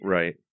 Right